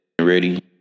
Ready